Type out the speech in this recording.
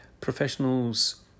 professionals